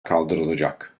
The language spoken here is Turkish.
kaldırılacak